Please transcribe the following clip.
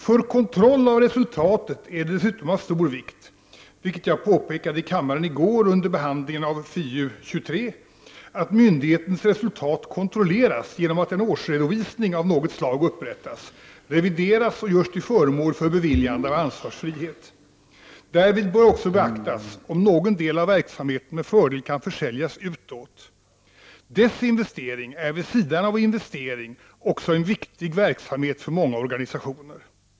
För kontroll av resultatet är det dessutom av stor vikt — vilket jag påpekade i kammaren i går under behandlingen av finansutskottets betänkande 23 — att myndighetens resultat kontrolleras genom att årsredovisning av något slag upprättas, revideras och görs till föremål för beviljande av ansvarsfrihet. Därvid bör också beaktas om någon del av verksamheten med fördel kan försäljas utåt — desinvestering är vid sidan av investering också en viktig verksamhet för många organisationer.